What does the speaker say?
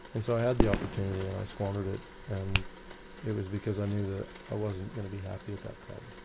and so i had the opportunity and i squandered it and it was because i knew that i wasn't going to be happy at that club.